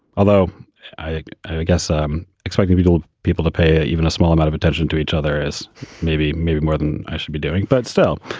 although i i guess um expect to be told people to pay even a small amount of attention to each other as maybe maybe more than i should be doing but still,